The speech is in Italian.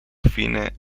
fine